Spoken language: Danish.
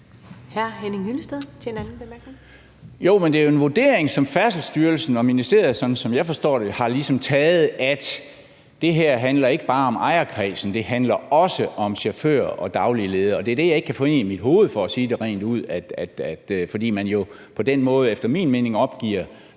det er jo en vurdering, som Færdselsstyrelsen og ministeriet, sådan som jeg forstår det, ligesom har foretaget, nemlig at det her ikke bare handler om ejerkredsen, det handler også om chauffører og den daglige leder. Og det er det, jeg ikke kan få ind i mit hoved, for at sige det rent ud, fordi man jo på den måde efter min mening opgiver